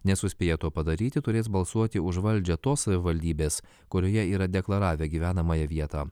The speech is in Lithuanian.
nesuspėję to padaryti turės balsuoti už valdžią tos savivaldybės kurioje yra deklaravę gyvenamąją vietą